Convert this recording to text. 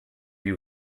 you